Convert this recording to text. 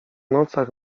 nocach